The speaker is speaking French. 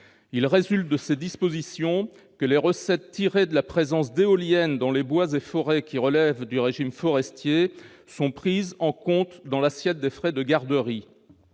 Il résulte de ces dispositions que les recettes tirées de la présence d'éoliennes dans les bois et forêts qui relèvent du régime forestier sont prises en compte dans l'assiette des frais de garderie.